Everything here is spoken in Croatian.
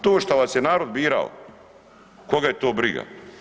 To što vas je narod birao, koga je to briga.